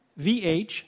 VH